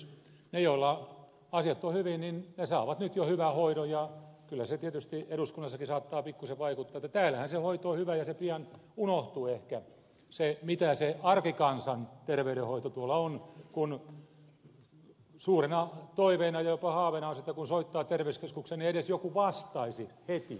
ne joilla asiat ovat hyvin saavat nyt jo hyvän hoidon ja kyllä se tietysti eduskunnassakin saattaa pikkuisen vaikuttaa että täällähän se hoito on hyvä ja pian unohtuu ehkä se mitä se arkikansan terveydenhoito tuolla on kun suurena toiveena jopa haaveena on se että kun soittaa terveyskeskukseen niin edes joku vastaisi heti